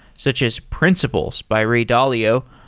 such as principles by ray dalio,